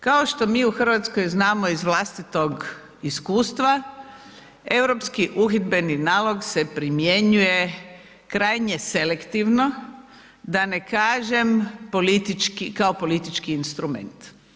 Kao što mi u Hrvatskoj znamo iz vlastitog iskustva Europski uhidbeni nalog se primjenjuje krajnje selektivno da ne kažem kao politički instrument.